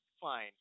Fine